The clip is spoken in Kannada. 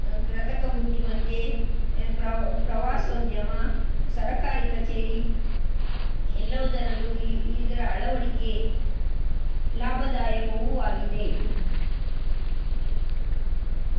ಕೃತಕ ಬುದ್ದಿಮತ್ತೆ ಪ್ರವೊ ಪ್ರವಾಸೋದ್ಯಮ ಸರಕಾರಿ ಕಚೇರಿ ಎಲ್ಲವುದರಲ್ಲೂ ಈ ಇದರ ಅಳವಡಿಕೆ ಲಾಭದಾಯಕವೂ ಆಗಿದೆ